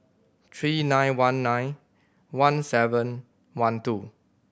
three nine one nine one seven one two